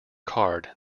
card